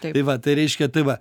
tai va tai reiškia tai va